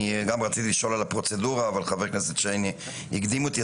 אני גם רציתי לשאול על הפרוצדורה אבל חבר הכנסת שיין הקדים אותי,